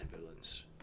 villains